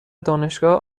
دانشگاه